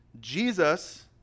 Jesus